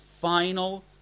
final